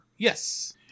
Yes